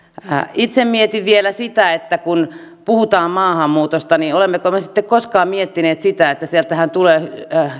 itse mietin vielä sitä että kun puhutaan maahanmuutosta niin olemmeko me koskaan miettineet sitä että sieltähän tulee